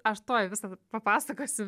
aš tuoj visą papasakosiu